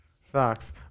Facts